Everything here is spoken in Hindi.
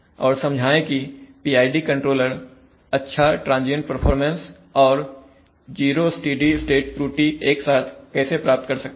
और समझाएं कि एक PID कंट्रोलर अच्छा ट्रांजियंट परफॉर्मेंस और 0 स्टेडी स्टेट त्रुटि एक साथ कैसे प्राप्त कर सकता है